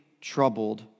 troubled